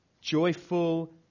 joyful